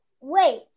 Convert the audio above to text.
wait